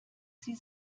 sie